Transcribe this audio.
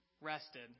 rested